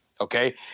Okay